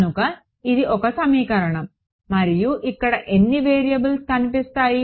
కనుక ఇది ఒక సమీకరణం మరియు ఇక్కడ ఎన్ని వేరియబుల్స్ కనిపిస్తాయి